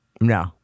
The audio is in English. No